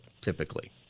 typically